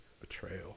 betrayal